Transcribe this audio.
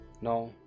no